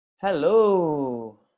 Hello